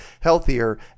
healthier